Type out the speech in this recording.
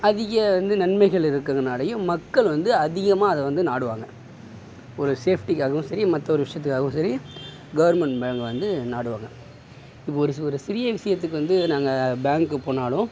அதிகம் வந்து நன்மைகள் இருக்கிறதுனாலையும் மக்கள் வந்து அதிகமாக அதை வந்து நாடுவாங்க ஒரு சேஃப்டிக்காகவும் சரி மற்ற ஒரு விஷயத்துக்காகவும் சரி கவுர்மெண்ட் பேங்க்கை வந்து நாடுவாங்க இப்போது ஒரு ஒரு சிறிய விஷயத்துக்கு வந்து நாங்கள் பேங்க்கு போனாலும்